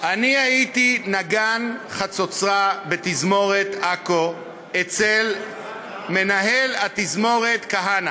אני הייתי נגן חצוצרה בתזמורת עכו אצל מנהל התזמורת כהנא.